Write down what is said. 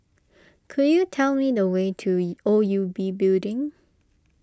could you tell me the way to E O U B Building